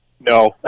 No